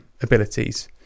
abilities